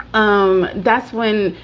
um that's when,